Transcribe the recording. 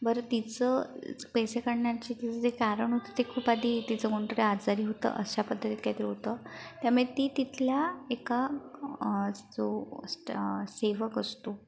बरं तिचं पैसे काढण्याची तिचं जे कारण होतं ते खूप आधी तिचं कोण तरी आजारी होतं अशा पद्धतीत काही तरी होतं त्यामुळे ती तिथल्या एका जो स्ट सेवक असतो